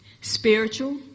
spiritual